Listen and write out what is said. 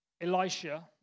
Elisha